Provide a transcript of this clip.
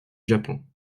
japon